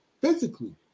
physically